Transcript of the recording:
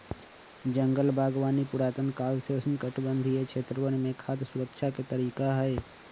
जंगल बागवानी पुरातन काल से उष्णकटिबंधीय क्षेत्रवन में खाद्य सुरक्षा के तरीका हई